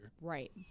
right